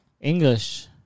English